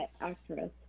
actress